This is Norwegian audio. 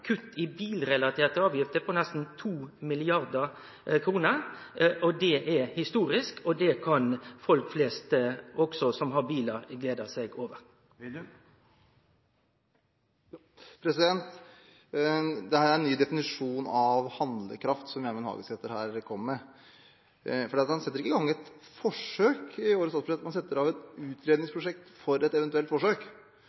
kutt i bilrelaterte avgifter på nesten 2 mrd. kr. Det er historisk, og det kan folk flest som har bilar, glede seg over. Det er en ny definisjon av handlekraft Gjermund Hagesæter kommer med her. Man setter ikke i gang et forsøk i årets statsbudsjett, man setter av midler til et